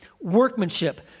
workmanship